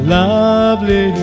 lovely